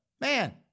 man